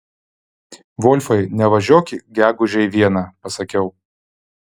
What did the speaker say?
volfai nevažiuok gegužę į vieną pasakiau